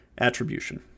attribution